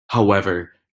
however